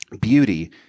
Beauty